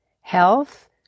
Health